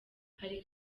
hari